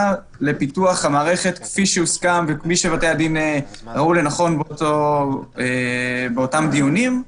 לפיתוח המערכת כפי שבתי-הדין ראו לנכון באותם דיונים.